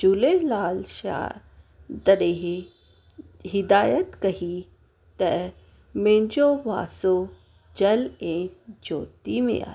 झूलेलाल शाह तॾहिं ई हिदायत कई त मुंहिंजो वासो जल ऐं जोती में आहे